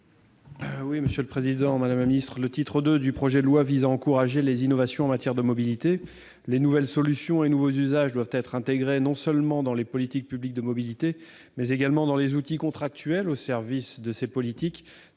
présenter l'amendement n° 791 rectifié. Le titre II du présent projet de loi vise à encourager les innovations en matière de mobilité. Les nouvelles solutions et nouveaux usages doivent être intégrés non seulement dans les politiques publiques de mobilité, mais également dans les outils contractuels au service de ces politiques,